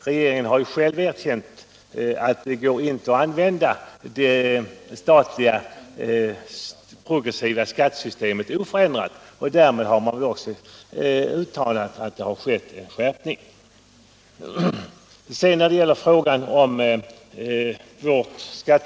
Regeringen har själv erkänt att det inte går att använda det statliga progressiva skattesystemet oförändrat. Därmed har man också erkänt att inflationen medför en skärpning av skattetrycket.